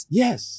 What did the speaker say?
yes